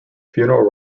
funeral